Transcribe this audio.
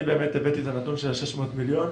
אני הבאתי את הנתון של ה-600 מיליון.